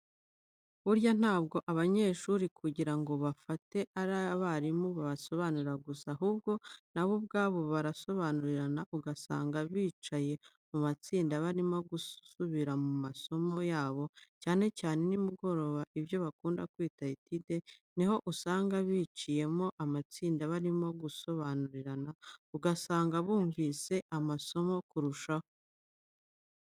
Burya ntabwo abanyeshuri kugira ngo bafate ari abarimu babasobanurira gusa, ahubwo na bo ubwabo barasobanurirana ugasanga bicaye mu matsinda barimo gusubira mu masomo yabo, cyane cyane nimugoroba ibyo bakunda kwita etide ni ho usanga biciyemo amatsinda barimo gusobanurirana, ugasanga bumvise amasomo kurushaho.